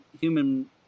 human